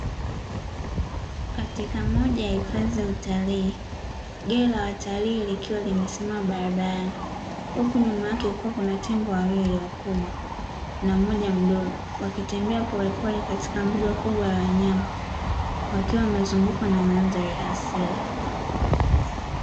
Katika moja ya hifadhii ya utalii, gari la watalii likiwa limesimama barabarani. Huku nyuma yake kukiwa kuna tembo wawili wakubwa na mmoja mdogo, wakitembea polepole katika mbuga kubwa ya wanyama; wakiwa wamezungukwa na mandhari ya asili.